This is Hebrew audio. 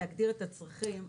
להגדיר את הצרכים,